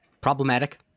Problematic